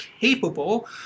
capable